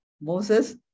Moses